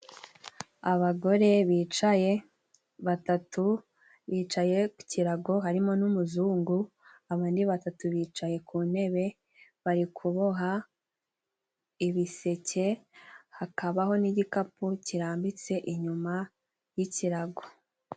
Abagore bicaye batatu bicaye ku kirago harimo n'umuzungu abandi batatu bicaye ku ntebe, bari kuboha ibiseke, hakabaho n'igikapu kirambitse inyuma y'ikirago.